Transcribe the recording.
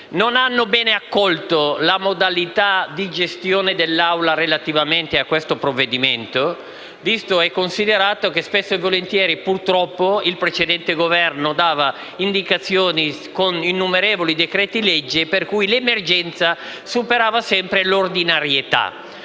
non abbiano bene accolto la modalità di gestione dell'Aula relativamente a questo provvedimento, visto e considerato che, spesso e volentieri, purtroppo, il precedente Governo dava indicazioni con innumerevoli decreti-legge, per cui l'emergenza superava sempre l'ordinarietà.